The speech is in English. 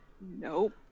Nope